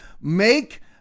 make